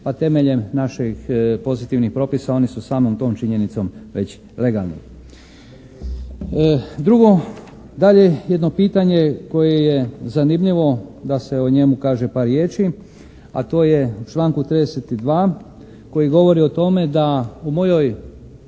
pa temeljem naših pozitivnih propisa oni su samom tom činjenicom već legalni. Drugo, dalje jedno pitanje koje je zanimljivo da se o njemu kaže par riječi, a to je u članku 32. koji govori o tome da u mojoj